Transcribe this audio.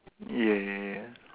ya ya ya